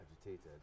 agitated